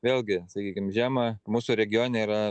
vėlgi sakykim žiemą mūsų regione yra